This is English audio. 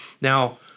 Now